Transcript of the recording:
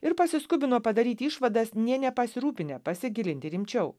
ir pasiskubino padaryti išvadas nė nepasirūpinę pasigilinti rimčiau